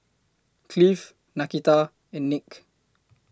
Cleve Nakita and Nick